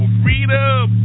freedom